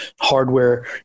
hardware